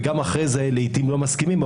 וגם אחרי זה לעתים לא מסכימים,